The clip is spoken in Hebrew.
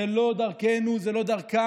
זו לא דרכנו, זו לא דרכם,